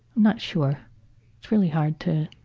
not sure. it's really hard to